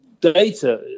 data